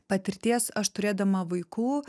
patirties aš turėdama vaikų